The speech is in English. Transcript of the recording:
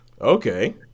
okay